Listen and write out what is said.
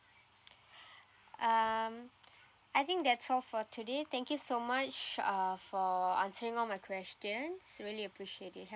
um I think that's all for today thank you so much uh for answering all my questions really appreciate your help